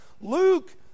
Luke